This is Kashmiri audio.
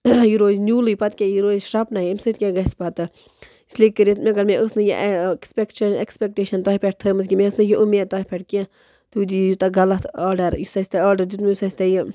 یہِ روِزِ نیٛوٗلٕے پَتہٕ یہِ کیٛاہ یہِ روز شرٛپنے اَمہِ سۭتۍ کیٛاہ گژھِ پَتہٕ اِسلیے کرے مےٚ کٲم ایکپٮ۪کچر اٮ۪کٕسپٮ۪کٹیشَن تۅہہِ پٮ۪ٹھ تھٲومٕژ کہِ مےٚ ٲس نہٕ یہِ اُمید تۅہہِ پٮ۪ٹھ کیٚنٛہہ تُہۍ دِیِو یوٗتاہ غلط آرڈَر یُس اَسہِ تۅہہِ آرڈر دیُتمُت یُس اَسہِ تۄہہِ یہِ